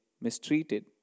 mistreated